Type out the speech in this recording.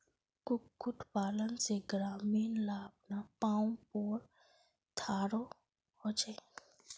कुक्कुट पालन से ग्रामीण ला अपना पावँ पोर थारो होचे